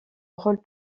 rôle